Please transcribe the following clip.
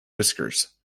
whiskers